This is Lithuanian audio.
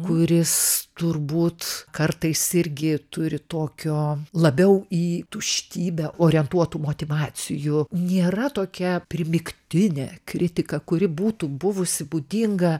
kuris turbūt kartais irgi turi tokio labiau į tuštybę orientuotų motyvacijų nėra tokia primygtinė kritika kuri būtų buvusi būdinga